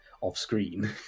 off-screen